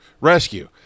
Rescue